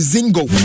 Zingo